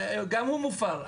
גם הוא מופר.